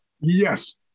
Yes